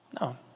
No